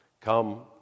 Come